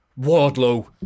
Wardlow